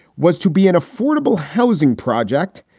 was to be an affordable housing project.